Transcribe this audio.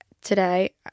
today